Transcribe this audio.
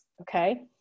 Okay